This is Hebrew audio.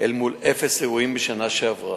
אל מול אפס אירועים בשנה שעברה.